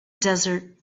desert